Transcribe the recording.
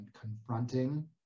confronting